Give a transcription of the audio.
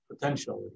potentially